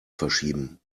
verschieben